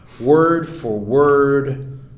word-for-word